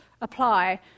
apply